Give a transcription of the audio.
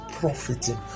Profiting